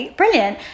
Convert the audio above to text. brilliant